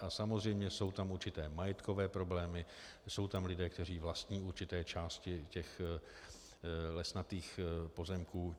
A samozřejmě jsou tam určité majetkové problémy, jsou tam lidé, kteří vlastní určité části těch lesnatých pozemků.